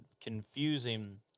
confusing